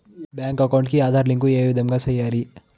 Bank account కి Aadhaar link ఏ విధంగా సెయ్యాలి?